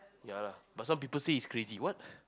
ya lah but some people say is crazy what